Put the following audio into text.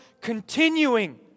continuing